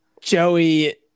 Joey